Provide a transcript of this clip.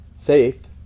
Faith